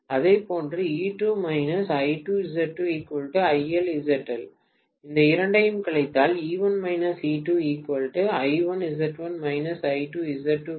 இதை இரண்டையும் கழித்தால் கிடைக்கும்